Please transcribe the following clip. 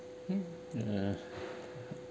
mm uh